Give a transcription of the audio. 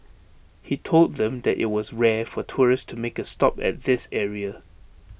he told them that IT was rare for tourists to make A stop at this area